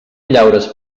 llaures